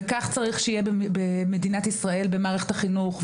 וכך צריך שיהיה במדינת ישראל ובמערכת החינוך.